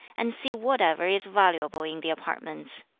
and see whatever is valuable in the apartments.